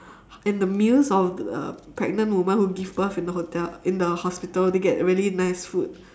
and the meals of uh pregnant woman who give birth in the hotel in the hospital they get really nice food